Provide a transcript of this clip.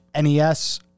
NES